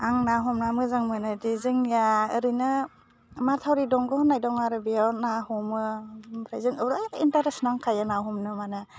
आं ना हमना मोजां मोनो दे जोंनिया ओरैनो माथावरि दंग' होन्नाय दं आरो बेयाव ना हमो ओमफ्राय जों ओरै इन्टारेस्ट नांखायो ना हमनो माने